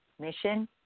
mission